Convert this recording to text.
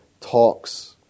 talks